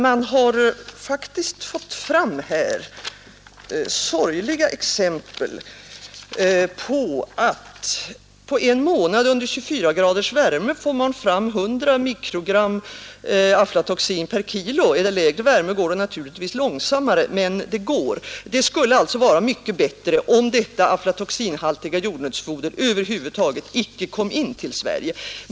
Man har faktiskt fått fram sorgliga exempel på att under en månad i 24 graders värme får man fram 1 000 mikrogram aflatoxin per kilo. Är det lägre värme går det naturligtvis långsammare, men det går. Det skulle alltså vara mycket bättre om detta aflatoxinhaltiga jordnötsfoder över huvud taget icke kom in till Sverige.